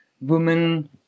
woman